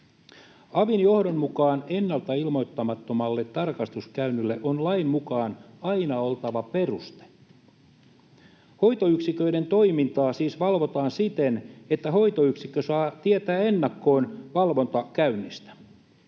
Avin johdon mukaan ennalta ilmoittamattomalle tarkastuskäynnille on lain mukaan aina oltava peruste. Hoitoyksiköiden toimintaa siis valvotaan siten, että hoitoyksikkö saa tietää valvontakäynnistä